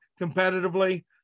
competitively